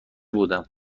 بودم